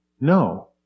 No